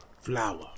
flour